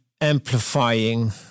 amplifying